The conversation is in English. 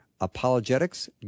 Apologetics